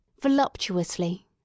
voluptuously